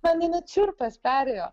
mane net šiurpas perėjo